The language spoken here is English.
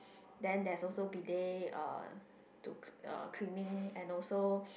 then there's also bidet uh to uh cleaning and also